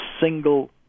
single